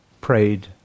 prayed